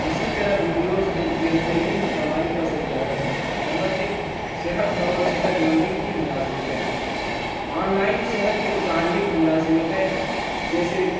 اسی طرح ویڈیوز ایک بہترین کمائی کا ذریعہ ہے نمبر تین صحت اور صحت مندی کی ملازمتیں آن لائن صحت کے متعلق ملازمتیں جیسے